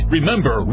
Remember